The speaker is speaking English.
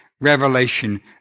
Revelation